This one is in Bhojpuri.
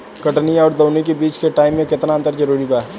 कटनी आउर दऊनी के बीच के टाइम मे केतना अंतर जरूरी बा?